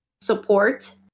support